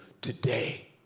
today